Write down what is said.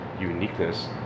uniqueness